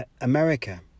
America